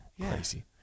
Crazy